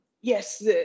yes